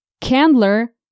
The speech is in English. Candler